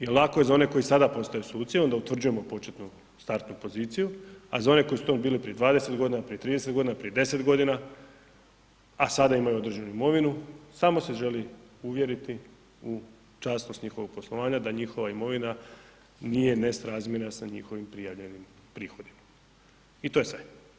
Jel lako je za one koji sada postaju suci onda utvrđujemo početnu startnu poziciju, a za one koji su tamo bili prije 20 godina, prije 30 godina, prije 10 godina, a sada imaju određenu imovinu, samo se želi uvjeriti u časnost njihovog poslovanja da njihova imovina nije nesrazmjerna s njihovim prijavljenim prihodima i to je sve.